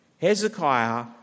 Hezekiah